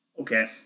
Okay